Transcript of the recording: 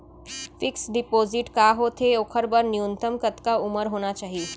Fix deposit का होथे ओखर बर न्यूनतम कतका उमर होना चाहि?